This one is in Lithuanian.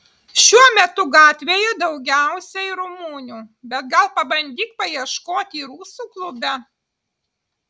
šiuo metu gatvėje daugiausiai rumunių bet gal pabandyk paieškoti rusų klube